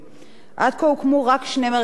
עד כה הוקמו שני מרכזים בלבד,